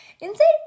insane